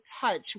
touch